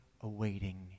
awaiting